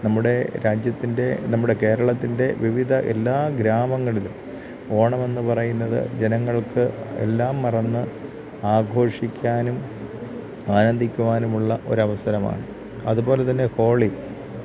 നമ്മുടെ രാജ്യത്തിന്റെ നമ്മുടെ കേരളത്തിന്റെ വിവിധ എല്ലാ ഗ്രാമങ്ങളിലും ഓണമെന്ന് പറയുന്നത് ജനങ്ങള്ക്ക് എല്ലാം മറന്ന് ആഘോഷിക്കാനും ആനന്ദിക്കുവാനുമുള്ള ഒരവസരമാണ് അതുപോലെതന്നെ ഹോളി